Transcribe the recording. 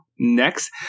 next